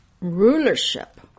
rulership